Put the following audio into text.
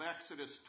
Exodus